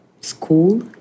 school